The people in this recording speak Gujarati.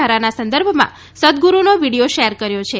ધારાના સંદર્ભમાં સદગુરૂનો વિડીયો શેર કર્યો છે